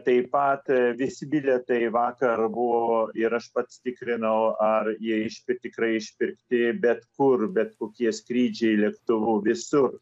taip pat visi bilietai vakar buvo ir aš pats tikrinau ar jie išpi tikrai išpirkti bet kur bet kokie skrydžiai lėktuvu visur